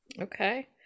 Okay